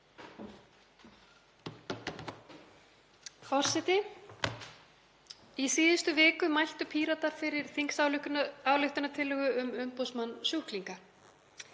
Forseti. Í síðustu viku mæltu Píratar fyrir þingsályktunartillögu um umboðsmann sjúklinga.